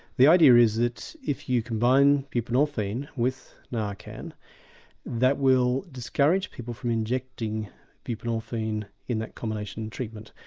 the idea is that if you combine buprenorphine with narcan that will discourage people from injecting buprenorphine in that combination treatment.